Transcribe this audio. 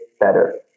better